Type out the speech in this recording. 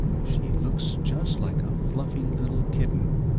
she looks just like a fluffy little kitten,